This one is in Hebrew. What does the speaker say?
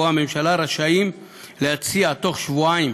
או הממשלה, רשאית להציע בתוך שבועיים